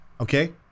Okay